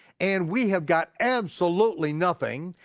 and we have got absolutely nothing.